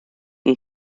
and